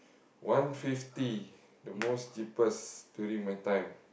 one fifty the most cheaP_E_St during my time